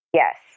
yes